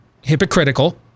hypocritical